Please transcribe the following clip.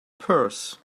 purse